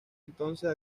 entonces